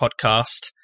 podcast